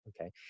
okay